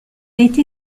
été